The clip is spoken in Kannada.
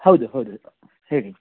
ಹೌದು ಹೌದು ಹೇಳಿ